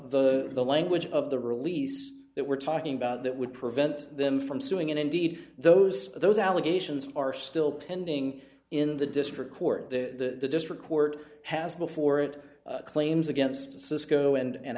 of the language of the release that we're talking about that would prevent them from suing and indeed those those allegations are still pending in the district court the district court has before it claims against cisco and a